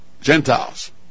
Gentiles